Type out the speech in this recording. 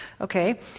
Okay